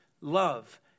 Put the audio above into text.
love